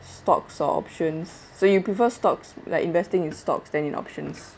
stocks or options so you prefer stocks like investing in stocks than in options